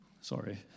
Sorry